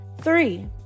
Three